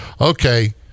okay